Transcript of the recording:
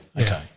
okay